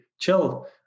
chill